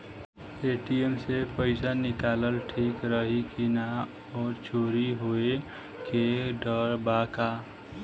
ATM से पईसा निकालल ठीक रही की ना और चोरी होये के डर बा का?